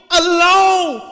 alone